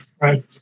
right